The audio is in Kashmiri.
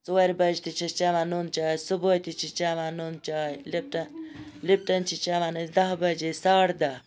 ژورِ بَج تہِ چھِ أسۍ چَوان نُن چاے صُبحٲے تہِ چھِ چَوان نُن چاے لِپٹَن چھِ چَوان أسۍ دَہ بَجے ساڈٕ دَہ